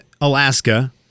Alaska